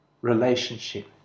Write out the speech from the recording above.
relationship